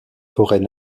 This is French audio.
forêts